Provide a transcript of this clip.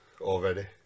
Already